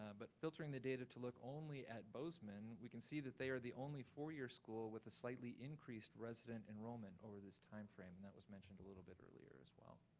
um but filtering the data to look only at bozeman, we can see that they are the only four-year school with a slightly increased resident enrollment over this time frame, and that was mentioned a little bit earlier as well.